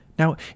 Now